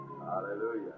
Hallelujah